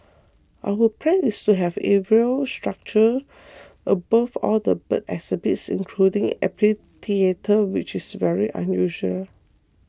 our plan is to have aviary structure above all the bird exhibits including amphitheatre which is very unusual